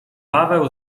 paweł